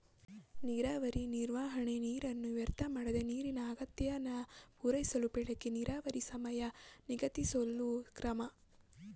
ನೀರಾವರಿ ನಿರ್ವಹಣೆ ನೀರನ್ನ ವ್ಯರ್ಥಮಾಡ್ದೆ ನೀರಿನ ಅಗತ್ಯನ ಪೂರೈಸಳು ಬೆಳೆಗೆ ನೀರಾವರಿ ಸಮಯ ನಿಗದಿಸೋದು ಕ್ರಮ